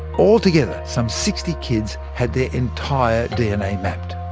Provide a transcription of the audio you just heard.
altogether, some sixty kids had their entire dna mapped.